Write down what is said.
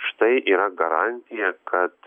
štai yra garantija kad